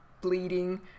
bleeding